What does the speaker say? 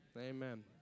Amen